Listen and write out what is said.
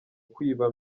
kwiba